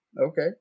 Okay